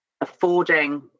affording